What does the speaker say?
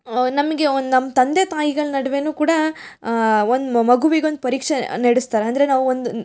ನಮಗೆ ಒಂದು ನಮ್ಮ ತಂದೆ ತಾಯಿಗಳ ನಡ್ವೆಯೂ ಕೂಡ ಒಂದು ಮಗುವಿಗೊಂದು ಪರೀಕ್ಷೆ ನಡೆಸ್ತಾರ್ ಅಂದರೆ ನಾವೊಂದು